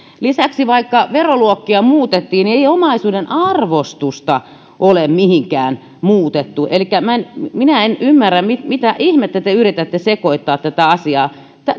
lisäksi vaikka veroluokkia muutettiin niin ei omaisuuden arvostusta ole mihinkään muutettu elikkä minä en minä en ymmärrä mitä ihmettä te yritätte sekoittaa tätä asiaa